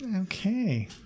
Okay